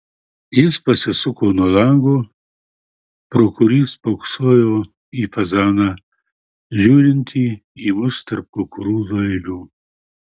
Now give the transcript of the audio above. jis pasisuko nuo lango pro kurį spoksojo į fazaną žiūrintį į mus tarp kukurūzų eilių